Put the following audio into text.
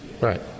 Right